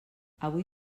avui